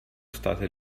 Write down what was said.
stati